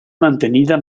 mantenida